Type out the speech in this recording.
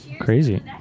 Crazy